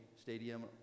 stadium